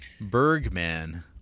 Bergman